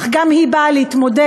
אך גם היא נועדה להתמודד,